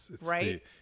right